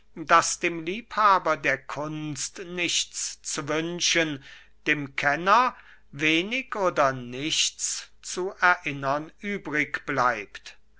daß dem liebhaber der kunst nichts zu wünschen dem kenner wenig oder nichts zu erinnern übrig bleibt